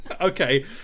Okay